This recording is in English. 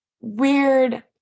weird